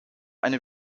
eine